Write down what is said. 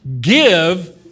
give